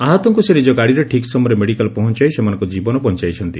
ଆହତଙ୍କୁ ସେ ନିଜ ଗାଡିରେ ଠିକ୍ ସମୟରେ ମେଡିକାଲ ପହଞାଇ ସେମାନଙ୍କ ଜୀବନ ବଞାଇଛନ୍ତି